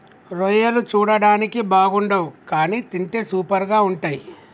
రొయ్యలు చూడడానికి బాగుండవ్ కానీ తింటే సూపర్గా ఉంటయ్